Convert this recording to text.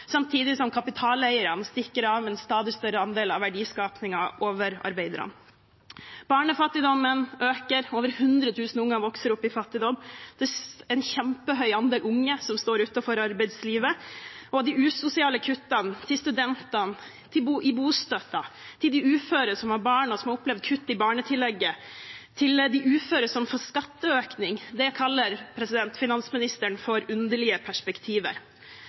samtidig som kapitaleierne stikker av med en stadig større andel av verdiskapingen, over arbeiderne. Barnefattigdommen øker. Over hundre tusen unger vokser opp i fattigdom. Det er en kjempehøy andel unge som står utenfor arbeidslivet. Og de usosiale kuttene til studentene, i bostøtten til uføre som har barn og har opplevd kutt i barnetillegget, og til uføre som får skatteøkning, kaller finansministeren for «underlige perspektiver».